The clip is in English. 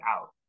out